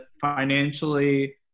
financially